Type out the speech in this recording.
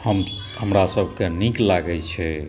हम हमरा सबके नीक लागै छै